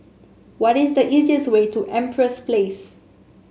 what is the easiest way to Empress Place